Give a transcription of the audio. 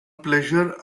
pleasure